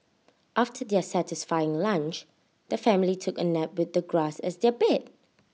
after their satisfying lunch the family took A nap with the grass as their bed